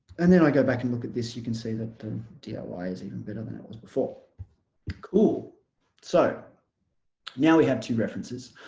and then i go back and look at this you can see that the yeah doi is even better than it was before cool so now we have two references